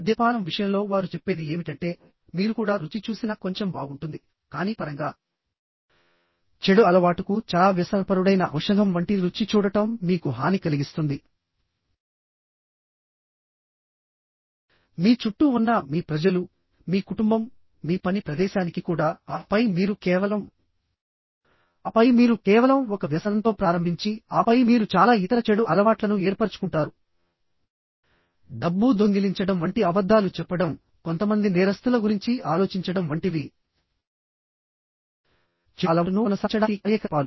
మద్యపానం విషయంలో వారు చెప్పేది ఏమిటంటే మీరు కూడా రుచి చూసినా కొంచెం బాగుంటుంది కానీ పరంగా చెడు అలవాటుకు చాలా వ్యసనపరుడైన ఔషధం వంటి రుచి చూడటం మీకు హాని కలిగిస్తుంది మీ చుట్టూ ఉన్న మీ ప్రజలు మీ కుటుంబం మీ పని ప్రదేశానికి కూడా ఆపై మీరు కేవలం ఆపై మీరు కేవలం ఒక వ్యసనంతో ప్రారంభించి ఆపై మీరు చాలా ఇతర చెడు అలవాట్లను ఏర్పరచుకుంటారు డబ్బు దొంగిలించడం వంటి అబద్ధాలు చెప్పడం కొంతమంది నేరస్థుల గురించి ఆలోచించడం వంటివి చెడు అలవాటును కొనసాగించడానికి కార్యకలాపాలు